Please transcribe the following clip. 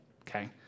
okay